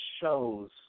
shows